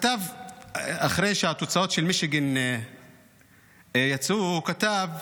אחרי שהתוצאות של מישיגן יצאו, הוא כתב: